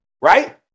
Right